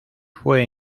fue